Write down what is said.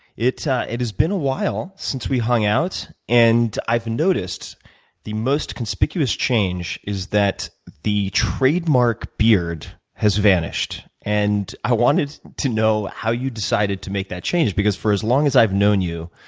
ah it has been a while since we hung out. and i've noticed the most conspicuous change is that the trademark beard has vanished. and i wanted to know how you decided to make that change because, for as long as i've known you,